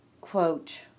quote